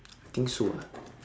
I think so ah